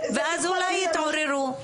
ואז אולי יתעוררו.